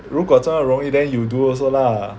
如果这么容易 then you do also lah